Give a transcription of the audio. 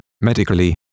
medically